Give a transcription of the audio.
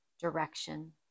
direction